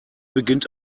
beginnt